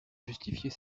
justifier